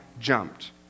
jumped